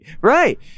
right